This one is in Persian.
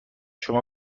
شما